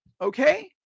okay